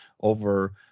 over